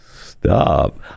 stop